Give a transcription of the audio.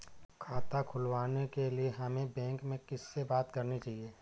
खाता खुलवाने के लिए हमें बैंक में किससे बात करनी चाहिए?